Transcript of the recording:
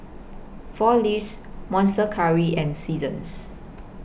four Leaves Monster Curry and Seasons